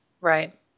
Right